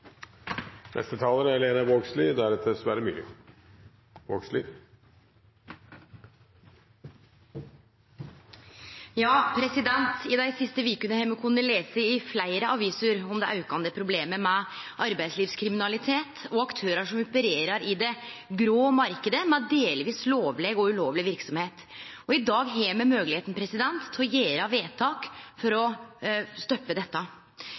I dei siste vekene har me kunna lese i fleire aviser om det aukande problemet med arbeidslivskriminalitet og aktørar som opererer i den grå marknaden, med delvis lovleg og delvis ulovleg verksemd. Og i dag har me moglegheita til å gjere vedtak for å stoppe dette.